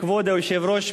כבוד היושב-ראש,